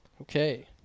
Okay